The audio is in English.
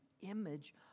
image